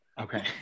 Okay